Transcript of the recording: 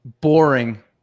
boring